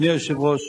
אדוני היושב-ראש,